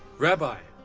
rabbi.